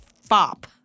Fop